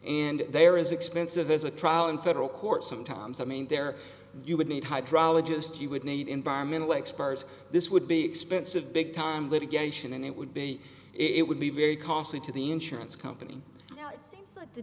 and they are as expensive as a trial in federal court sometimes i mean there you would need hydrologist you would need environmental experts this would be expensive big time litigation and it would be it would be very costly to the insurance company th